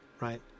right